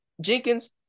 Jenkins